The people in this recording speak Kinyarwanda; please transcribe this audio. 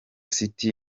city